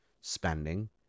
spending